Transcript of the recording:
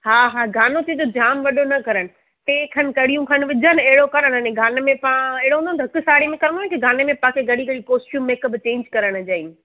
हा हा गानो खे त जामु वॾो न करनि टे खनि कढ़ियूं खनि विझनि अहिड़ो करणु गाने में था अहिड़ो न धक साड़ी में करिणो की गाने में तव्हांखे घणी कॉस्टयूम सभु चेंज करणु जा आहिनि